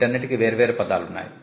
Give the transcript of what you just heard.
వీటన్నిటికి వేర్వేరు పదాలు ఉన్నాయి